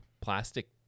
plastic